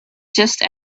just